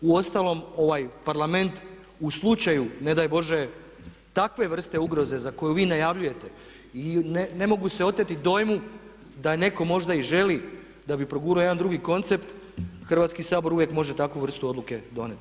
Uostalom ovaj Parlament u slučaju ne daj Bože takve vrste ugroze koju vi najavljujete i ne mogu se oteti dojmu da netko možda i želi da bi progurao jedan drugi koncept Hrvatski sabor uvijek može takvu vrstu odluke donijeti.